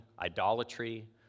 idolatry